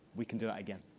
we can do that again.